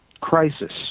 crisis